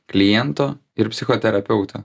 kliento ir psichoterapeuto